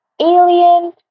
Alien